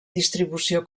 distribució